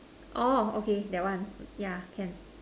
oh okay that one yeah can